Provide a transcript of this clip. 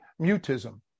mutism